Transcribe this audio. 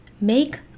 make